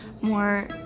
more